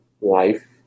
life